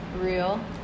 real